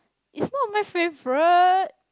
it's not my favourite